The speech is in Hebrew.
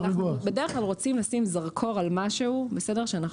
אנחנו בדרך כלל רוצים לשים זרקור על משהו שיכול